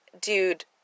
dude